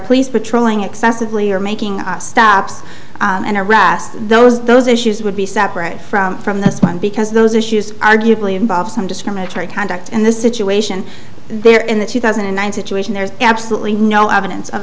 police patrolling excessively or making us stops and harass those those issues would be separate from from this one because those issues arguably involve some discriminatory conduct in the situation there in the two thousand and nine situation there's absolutely no evidence of